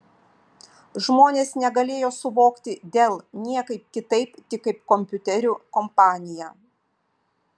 žmonės negalėjo suvokti dell niekaip kitaip tik kaip kompiuterių kompaniją